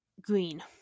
green